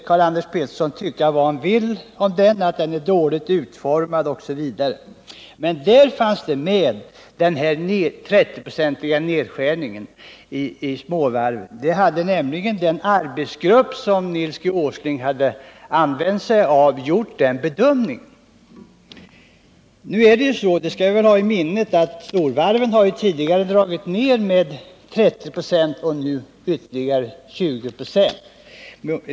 Karl-Anders Petersson må tycka vad han vill om den delen, att den är dåligt utformad osv., men i den ingick förslaget om en 30-procentig nedskärning av småvarven. Den arbetsgrupp som Nils G. Åsling tillsatt för detta hade nämligen gjort den bedömningen att en sådan nedskärning var nödvändig. Men vi skall ha i minnet att storvarven tidigare har dragit ner sin verksamhet med 30 96 och att det nu föreslås en neddragning med ytterligare 20 26.